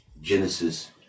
Genesis